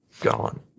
Gone